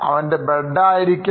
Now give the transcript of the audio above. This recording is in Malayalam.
അവൻറെ ബെഡ് ആയിരിക്കാം